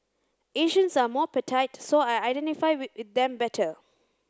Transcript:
Asians are more so I identify with them better